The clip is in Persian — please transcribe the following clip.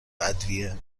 ادویه